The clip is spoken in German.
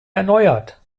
erneuert